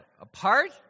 apart